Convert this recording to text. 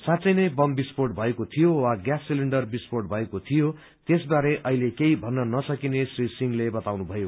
साँच्चैनै bomb विस्फोट भएको थियो वा ग्यास सिलिण्डर विस्फोट भएको थियो त्यसबारे अहिले केही भन्न नसकिने श्री सिंहले बताउनुभयो